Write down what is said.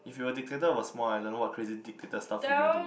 if you were dictator of a small island what crazy dictator stuff would you do